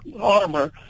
armor